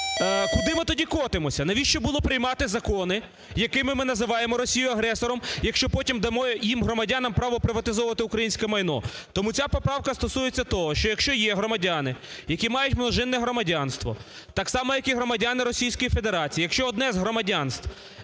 Куди ми тоді котимося? Навіщо було приймати закони, якими ми називаємо Росію агресором, якщо потім дало їм, громадянам, правоприватизовувати українське майно? Тому ця поправка стосується того, що якщо є громадяни, які мають множинне громадянство, так само, як і громадяни Російської Федерації, якщо одне з громадянств